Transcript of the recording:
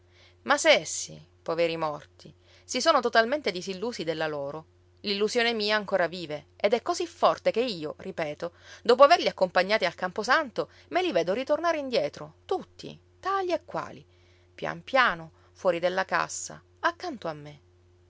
ma se essi poveri morti si sono totalmente disillusi della loro l'illusione mia ancora vive ed è così forte che io ripeto dopo averli accompagnati al camposanto me li vedo ritornare indietro tutti tali e quali pian piano fuori della cassa accanto a me